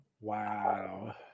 Wow